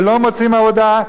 שלא מוצאים עבודה,